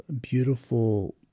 beautiful